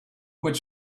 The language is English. what